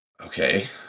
Okay